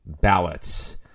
ballots